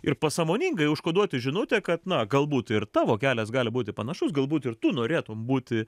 ir pasąmoningai užkoduoti žinutę kad na galbūt ir tavo kelias gali būti panašus galbūt ir tu norėtum būti